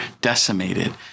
decimated